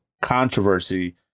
controversy